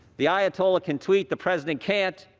the ayatollah can tweet. the president can't.